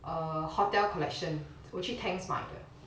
err hotel collection 我去 tangs 买